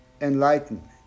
enlightenment